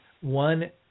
one